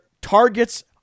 targets